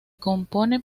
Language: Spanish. compone